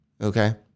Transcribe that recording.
Okay